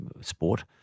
sport